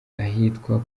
ahitwa